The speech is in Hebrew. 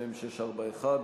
מ/641,